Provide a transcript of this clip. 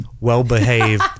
well-behaved